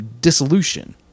dissolution